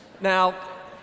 Now